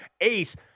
ace